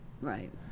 Right